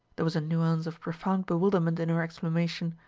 there was a nuance of profound bewilderment in her exclamation.